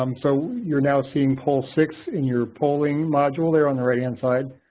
um so you're now seeing poll six in your polling module there on the right hand side.